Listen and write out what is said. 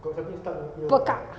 pekak